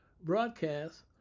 broadcast